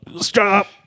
Stop